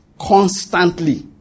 constantly